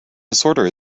disorder